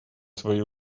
свое